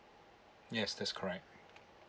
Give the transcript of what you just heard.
yes that's correct